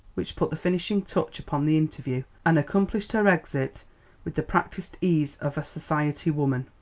which put the finishing touch upon the interview, and accomplished her exit with the practised ease of a society woman.